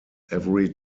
every